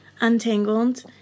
untangled